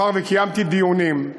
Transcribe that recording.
מאחר שקיימתי דיונים,